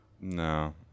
No